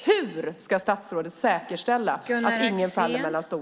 Hur ska statsrådet säkerställa att ingen faller mellan stolarna?